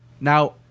Now